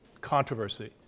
controversy